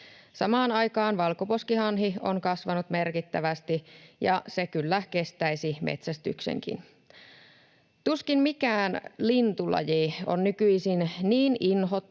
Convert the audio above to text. Samaan aikaan valkoposkihanhi on kasvanut merkittävästi, ja se kyllä kestäisi metsästyksenkin. Tuskin mikään lintulaji on nykyisin niin inhottu